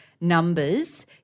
numbers